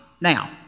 Now